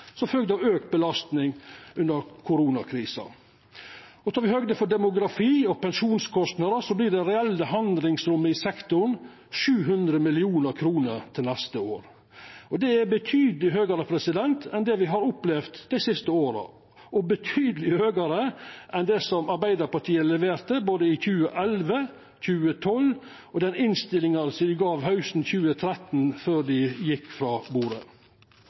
som følgje av auka belastning under koronakrisa. Tek me høgde for demografi og pensjonskostnader, vert det reelle handlingsrommet i sektoren 700 mill. kr til neste år. Det er betydeleg høgare enn det me har opplevd dei siste åra og betydelig høgare enn det som Arbeidarpartiet leverte både i 2011, i 2012 og i den innstillinga dei gav hausten 2013, før dei gjekk frå bordet.